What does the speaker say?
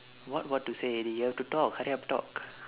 what what to say already you have to talk hurry up talk